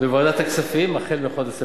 בוועדת הכספים, החל בחודש ספטמבר.